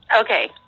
Okay